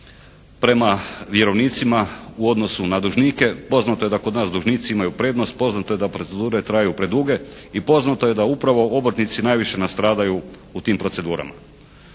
prema vjerovnicima u odnosu na dužnike. Poznato je da kod nas dužnici imaju prednost, poznato je da procedure traju preduge i poznato je da upravo obrtnici najviše nastradaju u tim procedurama.